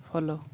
follow